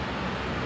can relate